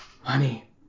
honey